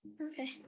Okay